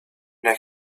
and